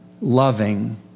loving